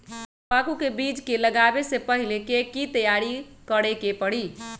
तंबाकू के बीज के लगाबे से पहिले के की तैयारी करे के परी?